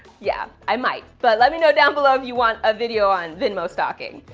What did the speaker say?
yeah, i might, but let me know down below if you want a video on venmo stalking.